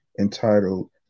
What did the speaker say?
entitled